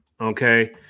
Okay